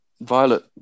violet